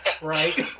right